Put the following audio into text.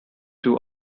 two